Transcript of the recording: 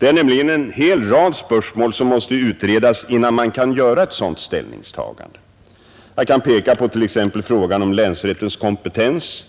En hel rad spörsmål måste nämligen utredas, innan man kan göra ett sådant ställningstagande. Jag kan peka på t.ex. frågan om länsrättens kompetens.